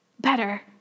better